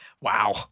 wow